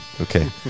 Okay